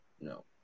No